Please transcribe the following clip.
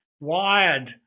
wired